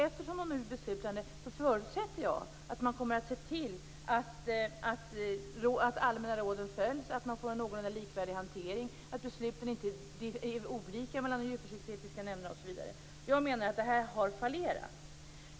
Eftersom de nu är beslutande förutsätter jag att man kommer att se till att de allmänna råden följs, att man får en någorlunda likvärdig hantering, att besluten inte är olika i de djurförsöksetiska nämnderna, osv. Jag menar att det härvidlag har fallerat.